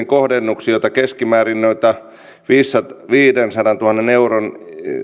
kohdennukset on tehty keskimäärin viidensadantuhannen euron